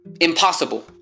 Impossible